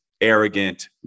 arrogant